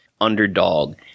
underdog